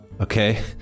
okay